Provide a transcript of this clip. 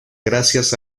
gracias